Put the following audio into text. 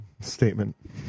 Statement